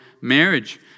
marriage